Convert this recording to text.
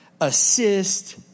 assist